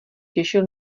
těšil